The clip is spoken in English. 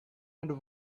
and